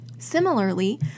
Similarly